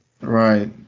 Right